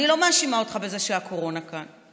אני לא מאשימה אותך בזה שהקורונה כאן,